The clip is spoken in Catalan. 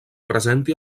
presenti